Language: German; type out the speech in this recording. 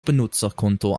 benutzerkonto